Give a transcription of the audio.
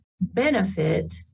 benefit